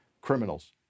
criminals